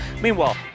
Meanwhile